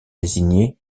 désigné